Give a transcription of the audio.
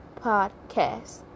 podcast